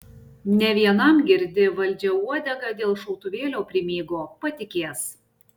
ne vienam girdi valdžia uodegą dėl šautuvėlio primygo patikės